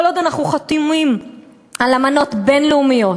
כל עוד אנחנו חתומים על אמנות בין-לאומיות,